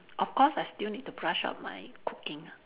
of course I still need to brush up my cooking ah